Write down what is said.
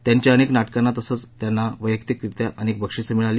त्यांच्या अनेक नाटकांना तसंच त्यांना वैयक्तिकरित्या अनेक बक्षिसं मिळाली